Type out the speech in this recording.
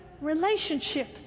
relationship